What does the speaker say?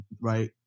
right